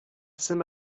saint